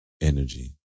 energy